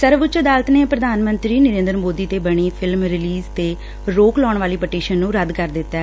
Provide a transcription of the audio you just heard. ਸਰਵਉੱਚ ਅਦਾਲਤ ਨੇ ਪ੍ਰਧਾਨ ਮੰਤਰੀ ਨਰੇਂਦਰ ਮੋਦੀ ਤੇ ਬਣੀ ਫਿਲਮ ਰਿਲੀਜ਼ ਤੇ ਰੋਕ ਲਾਉਣ ਵਾਲੀ ਪਟੀਸ਼ਨ ਨੂੰ ਰੱਦ ਕਰ ਦਿੱਤੈ